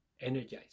energized